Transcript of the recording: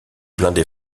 blindé